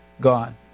God